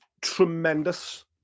tremendous